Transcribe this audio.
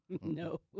No